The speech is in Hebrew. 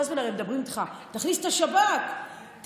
כל הזמן הרי מדברים איתך: תכניס את השב"כ למשטרה.